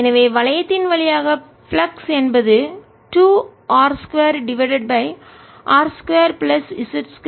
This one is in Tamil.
எனவே வளையத்தின் வழியாக ஃப்ளக்ஸ் என்பது 2 R 2 divided by R 2 plus z 2 32